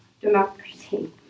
democracy